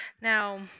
Now